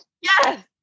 yes